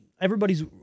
everybody's